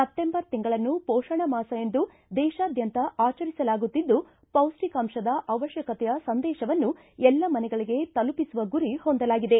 September ತಿಂಗಳನ್ನು ಪೋಷಣ ಮಾಸ ಎಂದು ದೇಶಾದ್ಯಂತ ಆಚರಿಸಲಾಗುತ್ತಿದ್ದು ಪೌಷ್ಷಿಕಾಂತದ ಅವಶ್ಯಕತೆಯ ಸಂದೇಶವನ್ನು ಎಲ್ಲಾ ಮನೆಗಳಿಗೆ ತಲುಪಿಸುವ ಗುರಿ ಹೊಂದಲಾಗಿದೆ